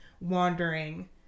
wandering